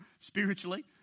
Spiritually